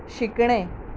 शिकणे